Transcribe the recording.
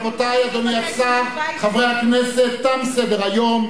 רבותי, אדוני השר, חברי הכנסת, תם סדר-היום.